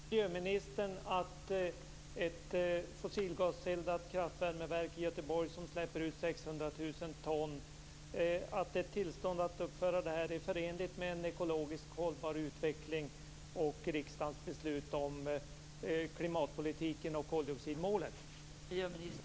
Fru talman! Anser miljöministern att ett tillstånd att uppföra ett fossilgaseldat kraftvärmeverk i Göteborg som släpper ut 600 000 ton är förenligt med en ekologiskt hållbar utveckling och med riksdagens beslut om klimatpolitiken och koldioxidmålet?